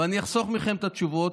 אבל אני אחסוך מכם את התשובות,